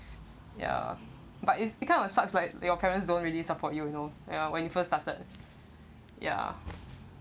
ya but it's it kind of sucks like your parents don't really support you you know when you first started ya